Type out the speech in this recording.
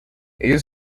ellos